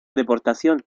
deportación